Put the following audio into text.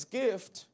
gift